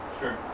Sure